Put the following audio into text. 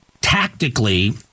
tactically